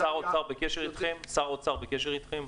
שר האוצר בקשר איתכם?